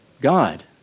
God